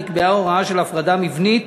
נקבעה הוראה של הפרדה מבנית